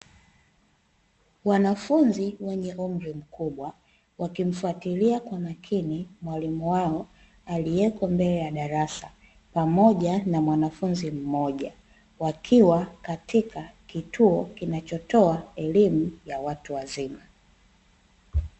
Wanafunzi wenye umri mkubwa, wakimfuatilia kwa makini mwalimu wao aliyeko mbele ya darasa pamoja na mwanafunzi mmoja, wakiwa katika kituo kinachotoa elimu ya watu wazima.